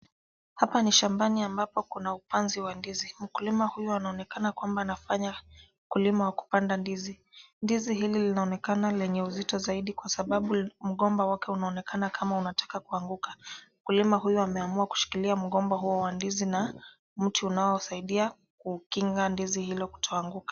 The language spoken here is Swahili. Hapa ni shambani ambapo kuna upanzi wa ndizi. Mkulima huyo anaonekana kwamba nafanya ukulima wa kupanda ndizi. Ndizi hili linaonekana lenye uzito zaidi kwa sababu mgomba wake unaonekana kama utataka kuanguka. Mkulima huyo ameamua kushikilia mgomba huo uandisi na mtu unaosaidia kukinga ndizi hilo kutoanguka.